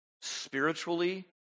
spiritually